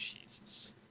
Jesus